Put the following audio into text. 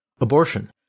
Abortion